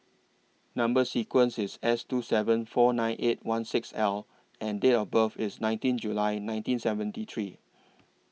Number sequence IS S two seven four nine eight one six L and Date of birth IS nineteen July nineteen seventy three